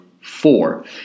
four